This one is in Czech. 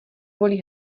volí